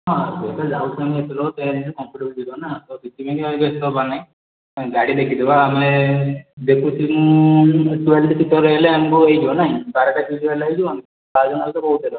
ହଁ ଲୋକ ଯାଉଛନ୍ତି ଏତେ ଲୋକ କମ୍ପ୍ୟୁଟର ଯୁଗ ନା ତ ସେଥିପାଇଁ ବ୍ୟସ୍ତ ହବାର ନାହିଁ ଗାଡ଼ି ଦେଖିଦେବା ଆମେ ଦେଖୁଛି ମୁଁ ବାରଟା ସିଟ୍ ହେଲେ ଆମକୁ ହେଇଯିବ ନାଇଁ ହେଇଯିବ